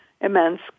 immense